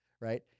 right